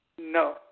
No